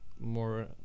more